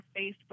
Facebook